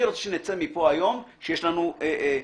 אני רוצה שנצא מפה היום כשיש לנו דרך,